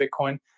Bitcoin